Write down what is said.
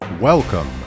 Welcome